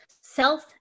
self